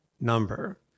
number